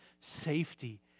safety